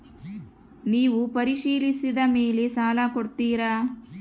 ನೇವು ಪರಿಶೇಲಿಸಿದ ಮೇಲೆ ಸಾಲ ಕೊಡ್ತೇರಾ?